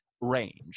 range